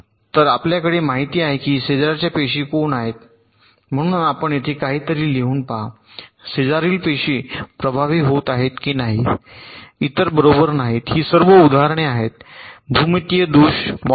तर आपल्याला माहिती आहे की शेजारच्या पेशी कोण आहेत म्हणून आपण येथे काहीतरी लिहून पहा शेजारील पेशी प्रभावी होत आहेत की नाहीत इतर बरोबर नाहीत ही सर्व उदाहरणे आहेत भूमितीय दोष मॉडेलचे